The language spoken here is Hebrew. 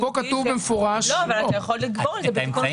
כי פה כתוב במפורש --- אבל אתה יכול לגבור על זה באמצעי חקיקה.